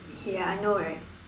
ya I know right